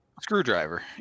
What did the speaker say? Screwdriver